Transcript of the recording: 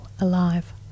alive